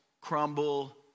crumble